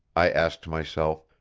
i asked myself,